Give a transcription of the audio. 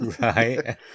right